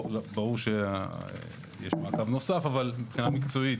ברור שיש מעקב נוסף, אבל מבחינה מקצועית,